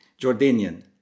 Jordanian